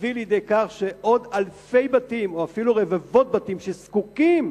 תביא לידי כך שעוד אלפי בתים או אפילו רבבות בתים שזקוקים